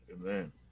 Amen